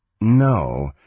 No